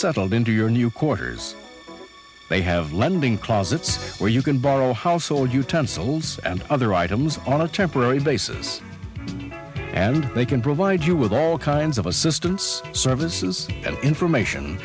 settled into your new quarters they have lending closet where you can borrow household utensils and other items on a temporary basis and they can provide you with all kinds of assistance services and information